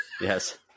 Yes